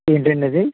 ఏంటండది